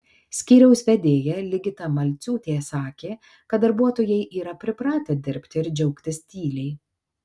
skyriaus vedėja ligita malciūtė sakė kad darbuotojai yra pripratę dirbti ir džiaugtis tyliai